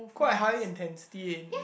quite high intensity in